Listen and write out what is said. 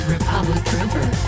RepublicTrooper